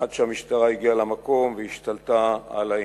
עד שהמשטרה הגיעה למקום והשתלטה על העניין.